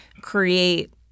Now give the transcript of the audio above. create